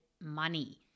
money